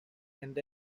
and